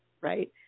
Right